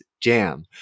Jam